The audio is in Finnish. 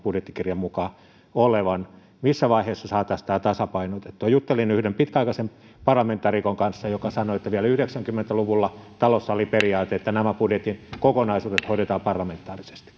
budjettikirjan mukaan olevan missä vaiheessa saataisiin tämä tasapainotettua juttelin yhden pitkäaikaisen parlamentaarikon kanssa joka sanoi että vielä yhdeksänkymmentä luvulla talossa oli periaate että nämä budjetin kokonaisuudet hoidetaan parlamentaarisesti